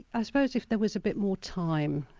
i suppose if there was a bit more time.